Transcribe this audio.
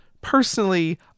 personally